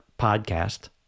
podcast